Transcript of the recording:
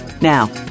Now